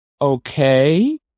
okay